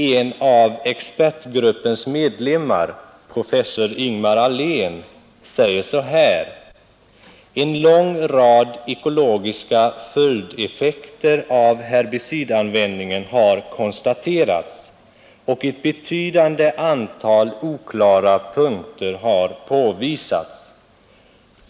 En av expertgruppens medlemmar, professor Ingemar Ahlén, säger så här: ”En lång rad ekologiska följdeffekter av herbicidanvändningen har konstaterats, och ett betydande antal oklara punkter har påvisats.